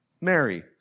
Mary